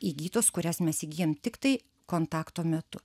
įgytos kurias mes įgyjam tiktai kontakto metu